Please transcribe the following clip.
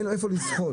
אין לו איפה לזחול.